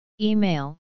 Email